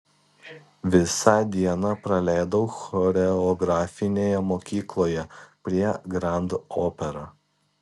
visą dieną praleidau choreografinėje mokykloje prie grand opera